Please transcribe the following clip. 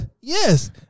Yes